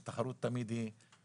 כי תחרות היא תמיד טובה.